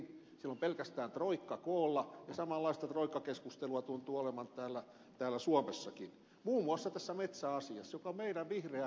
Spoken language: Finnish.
siellä on pelkästään troikka koolla ja samanlaista troikkakeskustelua tuntuu olevan täällä suomessakin muun muassa tässä metsäasiassa joka on meidän vihreä kultamme